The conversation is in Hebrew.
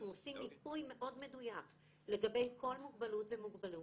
אנחנו עושים מיפוי מאוד מדויק לגבי כל מוגבלות ומוגבלות.